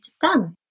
done